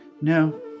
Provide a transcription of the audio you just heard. No